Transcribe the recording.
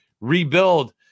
rebuild